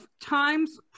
times